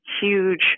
huge